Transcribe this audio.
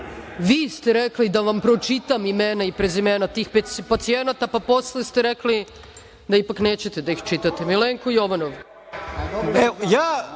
Vi ste rekli da vam pročitam imena i prezimena tih pacijenata, pa posle ste rekli da ipak nećete da ih čitate. Reč ima Milenko Jovanov.